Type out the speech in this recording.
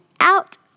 out